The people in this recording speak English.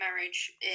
marriage